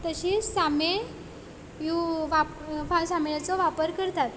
तशीच शामेळ वा शामेळाचो वापर करता